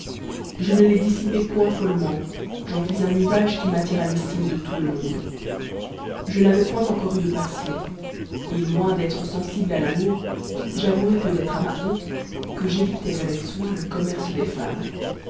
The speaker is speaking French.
je ne les dissipai point follement j'en fis un usage qui m'attira l'estime de tout le monde je n'avais point encore eu de passion et loin d'être sensible à l'amour j'avouerai peut-être à ma honte que j'évitais avec soin le commerce des femmes